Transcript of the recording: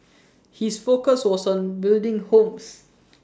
his focus was on building homes